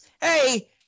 hey